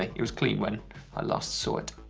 it it was clean when i last saw it.